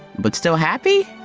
but still happy!